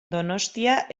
donostia